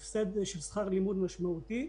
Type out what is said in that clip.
הפסד של שכר לימוד משמעותי.